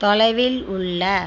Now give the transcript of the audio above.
தொலைவில் உள்ள